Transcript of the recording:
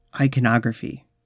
iconography